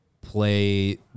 play